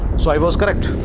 so i was correct.